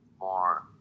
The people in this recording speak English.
more